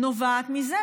נובעת מזה,